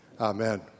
Amen